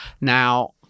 Now